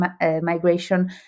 migration